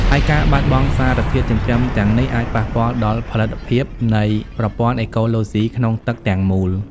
ហើយការបាត់បង់សារធាតុចិញ្ចឹមទាំងនេះអាចប៉ះពាល់ដល់ផលិតភាពនៃប្រព័ន្ធអេកូឡូស៊ីក្នុងទឹកទាំងមូល។